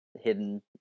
hidden